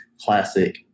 classic